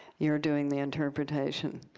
you're doing the interpretation.